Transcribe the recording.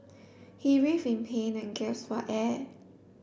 he writhed in pain and gasped for air